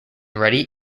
ready